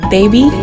Baby